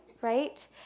right